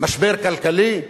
משבר כלכלי?